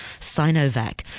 Sinovac